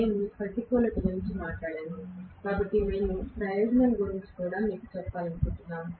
మేము ప్రతికూలత గురించి మాట్లాడాము కాబట్టి ప్రయోజనం గురించి కూడా మీకు చెప్పాలనుకుంటున్నాను